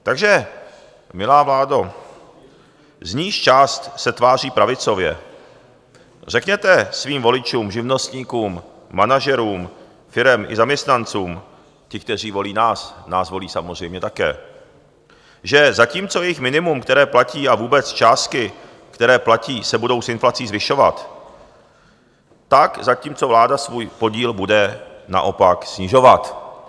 Takže milá vládo, z níž část se tváří pravicově, řekněte svým voličům, živnostníkům, manažerům, firmám i zaměstnancům, těm, kteří volí nás nás volí samozřejmě také že zatímco jejich minimum, které platí, a vůbec částky, které platí, se budou s inflací zvyšovat, tak vláda svůj podíl bude naopak snižovat.